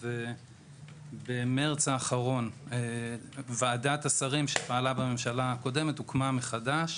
אז במרץ האחרון ועדת השרים שפעלה בממשלה הקודמת הוקמה מחדש.